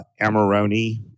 amarone